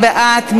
מי בעד?